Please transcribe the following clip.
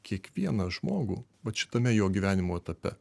kiekvieną žmogų vat šitame jo gyvenimo etape